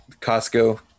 Costco